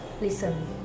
listen